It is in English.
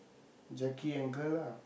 Jacky and girl lah